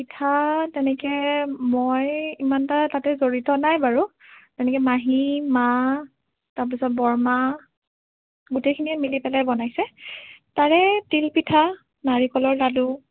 পিঠা তেনেকে মই ইমান এটা তাতে জড়িত নাই বাৰু তেনেকে মাহী মা তাৰ পিছত বৰমা গোটেইখিনিয়ে মিলি পেলাই বনাইছে তাৰে তিলপিঠা নাৰিকলৰ লাডু